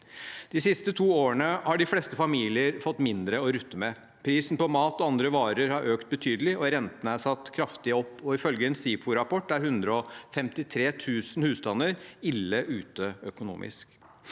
De siste to årene har de fleste familier fått mindre å rutte med. Prisen på mat og andre varer har økt betydelig, og renten er satt kraftig opp. Ifølge en SIFO-rapport er 153 000 husstander «ille ute» økonomisk.